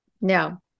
no